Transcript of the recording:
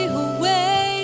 away